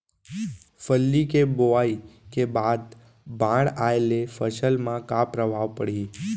फल्ली के बोआई के बाद बाढ़ आये ले फसल मा का प्रभाव पड़ही?